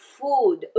food